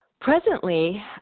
Presently